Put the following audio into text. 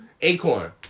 Acorn